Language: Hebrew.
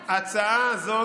אסון, אסון,